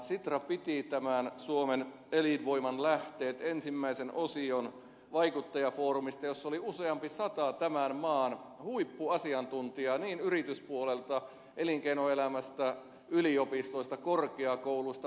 sitra piti suomen elinvoiman lähteet ohjelman ensimmäisen vaikuttajafoorumin jossa oli useampi sata tämän maan huippuasiantuntijaa niin yrityspuolelta elinkeinoelämästä yliopistoista korkeakouluista maakunnista politiikasta